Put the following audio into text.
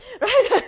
right